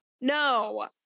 No